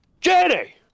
Jenny